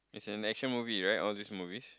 it's an action movie right all these movies